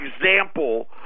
example